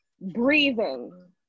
breathing